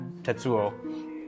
Tetsuo